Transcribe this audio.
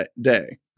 day